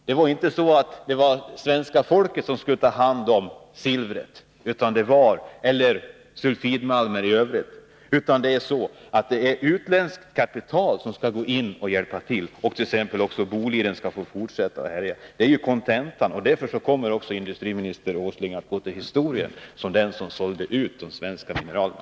Det var inte så att det var svenska folket som skulle ta hand om silvret och sulfidmalmerna i övrigt, utan det är utländskt kapital som skall gå in och hjälpa till. Boliden skall också få fortsätta och härja. Det är kontentan, och därför kommer också industriminister Åsling att gå till historien som den som sålde ut de svenska mineralerna.